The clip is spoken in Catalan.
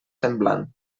semblant